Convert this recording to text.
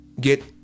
get